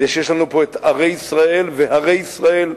זה שיש לנו פה ערי ישראל והרי ישראל,